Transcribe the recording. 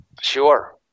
Sure